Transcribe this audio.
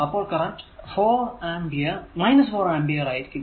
അപ്പോൾ current 4 ampere ആയിരിക്കും